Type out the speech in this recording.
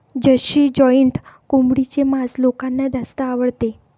Jersey giant कोंबडीचे मांस लोकांना जास्त आवडते